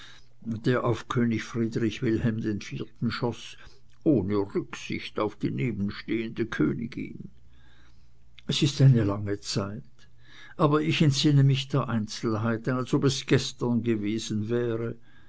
der auf könig friedrich wilhelm iv schoß ohne rücksicht auf die nebenstehende königin es ist eine lange zeit aber ich entsinne mich der einzelheiten als ob es gestern gewesen wäre